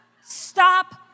Stop